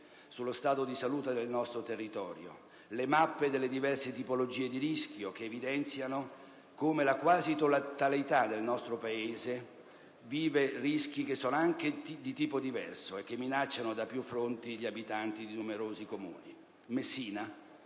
sullo stato di salute del nostro territorio, nonché le mappe delle diverse tipologie di rischio, che evidenziano come la quasi totalità del nostro Paese vive rischi che sono anche di tipo diverso e che minacciano da più fronti gli abitanti di numerosi comuni.